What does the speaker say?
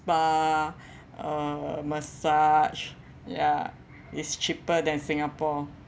spa uh massage ya is cheaper than singapore